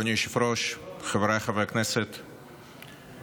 רשום לי חבר הכנסת טור פז,